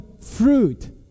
fruit